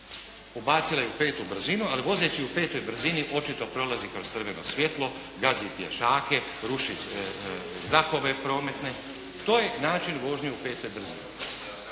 Ubacila je u petoj brzini, ali vozeći u petoj brzini očito prolazi kroz crveno svjetlo, gazi pješake, ruži znakove prometne, to je način vožnje u petoj brzini.